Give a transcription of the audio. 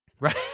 Right